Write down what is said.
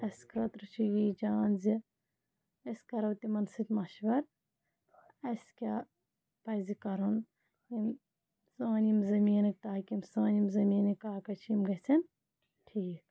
اَسہِ خٲطرٕ چھِ یی جان زِ أسۍ کَرو تِمَن سۭتۍ مَشوَر اَسہِ کیٛاہ پَزِ کَرُن یِمہِ سٲنۍ یِم زٔمیٖنٕکۍ تاکہِ یِم سٲنۍ یِم زٔمیٖنٕکۍ کاغذ چھِ یِم گژھٮ۪ن ٹھیٖک